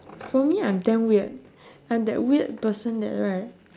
for me I'm damn weird I'm that weird person that right